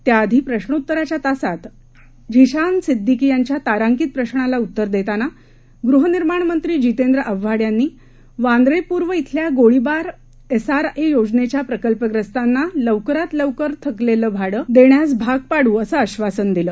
त्याआधी प्रशोत्तराच्या तासात झिशान सिद्दीकी यांच्या तारांकित प्रशाला उत्तर देताना गृहनिर्माण मंत्री जितेंद्र आव्हाड यांनी वांद्रे पूर्व इथल्या गोळीबार एसआरए योजनेच्या प्रकल्पग्रस्तांना लवकरात लवकर थकलेलं भाडं देण्यास भाग पाडू असं आश्वासन दिलं